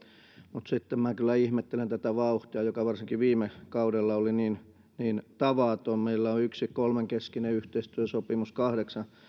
mutta minä kyllä ihmettelen tätä vauhtia joka varsinkin viime kaudella oli niin niin tavaton meillä on yksi kolmenkeskinen yhteistyösopimus ja kahdeksan